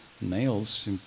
nails